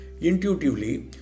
Intuitively